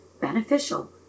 beneficial